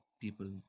people